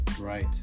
Right